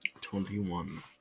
Twenty-one